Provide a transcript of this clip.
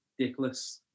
dickless